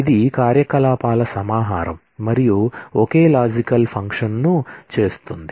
ఇది కార్యకలాపాల సమాహారం మరియు ఒకే లాజికల్ ఫంక్షన్ ను చేస్తుంది